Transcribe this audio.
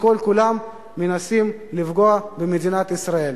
שכל כולן מנסות לפגוע במדינת ישראל.